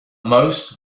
most